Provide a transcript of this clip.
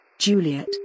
Juliet